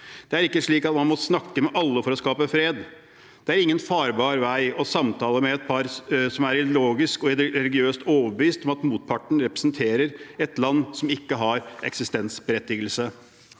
etter krigen. Man må ikke snakke med alle for å skape fred. Det er ingen farbar vei å samtale med noen som er ideologisk og religiøst overbevist om at motparten representerer et land som ikke har eksistensberettigelse.